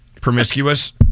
Promiscuous